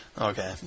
Okay